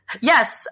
Yes